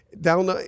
down